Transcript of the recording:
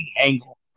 angle